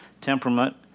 temperament